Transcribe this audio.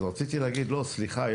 רציתי להגיד: לא, סליחה.